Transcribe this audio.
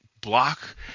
block